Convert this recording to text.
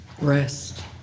Rest